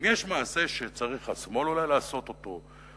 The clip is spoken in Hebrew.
אם יש מעשה שצריך השמאל אולי לעשות אותו,